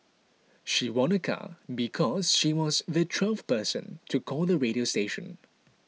she won a car because she was the twelfth person to call the radio station